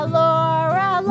Laura